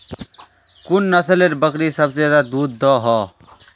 कुन नसलेर बकरी सबसे ज्यादा दूध दो हो?